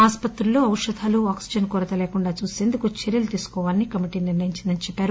ఆసుపత్రుల్లో ఔషధాలు ఆక్పిజన్ కొరత లేకుండా చూసేందుకు చర్వలు తీసుకోవాలని ఈ కమిటీ నిర్ణయించిందని చెప్పారు